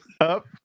up